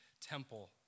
temple